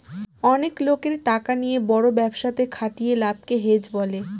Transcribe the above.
অনেক লোকের টাকা নিয়ে বড় ব্যবসাতে খাটিয়ে লাভকে হেজ বলে